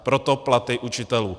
Proto platy učitelů.